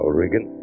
Regan